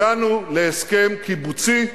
הגענו להסכם קיבוצי,